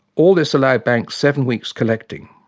all this allowed banks seven weeks' collecting.